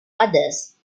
others